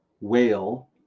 whale